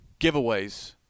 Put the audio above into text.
giveaways